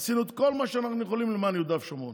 עשינו את כל מה שאנחנו יכולים למען יהודה ושומרון.